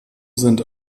sind